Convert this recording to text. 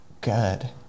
good